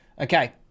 Okay